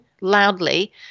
loudly